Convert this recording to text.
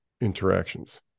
interactions